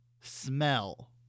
smell